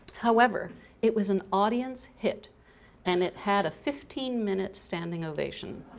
however it was an audience hit and it had a fifteen minute standing ovation